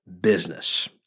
business